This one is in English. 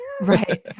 Right